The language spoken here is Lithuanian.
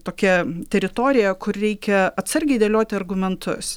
tokia teritorija kur reikia atsargiai dėlioti argumentus